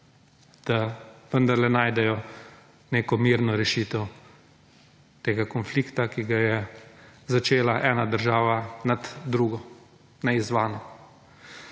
da vendarle najdejo neko mirno rešitev tega konflikta, ki ga je začela ena država na drugo. Spoštovani